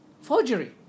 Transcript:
Forgery